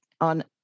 on